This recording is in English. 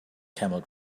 camel